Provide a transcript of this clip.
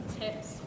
tips